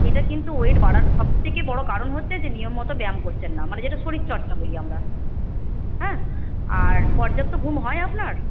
এটা কিন্তু ওয়েট বাড়ার সবথেকে বড় কারণ হচ্ছে যে নিয়মমতো ব্যায়াম করছেন না মানে যেটা শরীরচর্চা বলি আমরা হ্যাঁ আর পর্যাপ্ত ঘুম হয় আপনার